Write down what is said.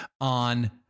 on